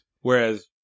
Whereas –